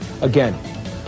Again